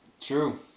True